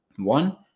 One